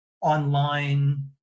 online